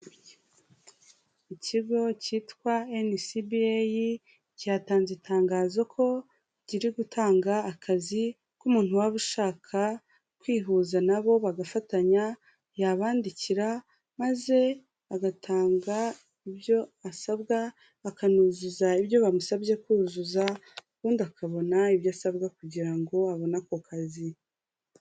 Ikigo cyitwa enisibi eyi cyatanze itangazo ko kiri gutanga akazi k'umuntu waba ushaka kwihuza nabo bagafatanya yabandikira maze agatanga ibyo asabwa akanuzuza ibyo bamusabye kuzuza ubundi akabona ibyo asabwa kugira ngo abone ako kazi.